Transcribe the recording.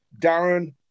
Darren